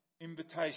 invitation